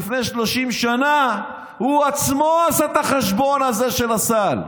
לפני 30 שנה הוא עצמו עשה את החשבון הזה של הסל.